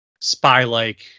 spy-like